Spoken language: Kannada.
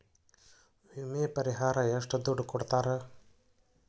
ವಿಮೆ ಪರಿಹಾರ ಎಷ್ಟ ದುಡ್ಡ ಕೊಡ್ತಾರ?